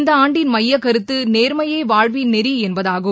இந்த ஆண்டின் மையக்கருத்து நேர்மையே வாழ்வின் நெறி என்பதாகும்